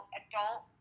adult